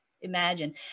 imagine